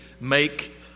make